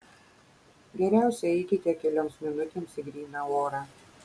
geriausia eikite kelioms minutėms į gryną orą